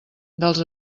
dels